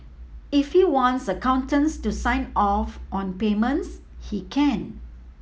if he wants accountants to sign off on payments he can